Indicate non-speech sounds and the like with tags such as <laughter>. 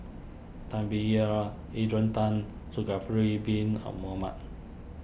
Tan Biyun Adrian Tan Zulkifli Bin <unintelligible> Mohamed